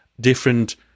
different